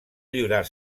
lliurar